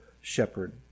shepherd